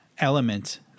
element